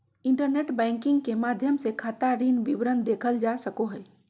internet banking के माध्यम से खाता ऋण विवरण देखल जा सको हइ